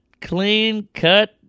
clean-cut